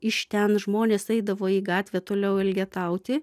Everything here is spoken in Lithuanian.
iš ten žmonės eidavo į gatvę toliau elgetauti